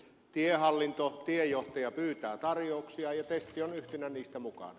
tiehallinto tiejohtaja pyytää tarjouksia ja destia on yhtenä niistä mukana